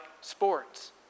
sports